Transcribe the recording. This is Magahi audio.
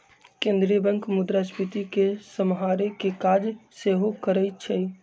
केंद्रीय बैंक मुद्रास्फीति के सम्हारे के काज सेहो करइ छइ